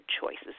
choices